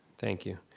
thank you.